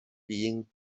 being